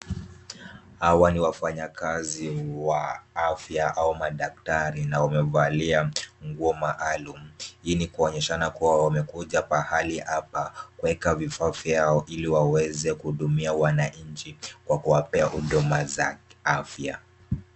Hawa ni wafanyakazi wa afya ama madaktari na wamevalia nguo maalum. Hii ni kuonyeshana kuwa wamekuja pahali hapa kuweka vifaa vyao iliwaweze kuhudumia wananchi kwa kuwapea huduma za kiafya.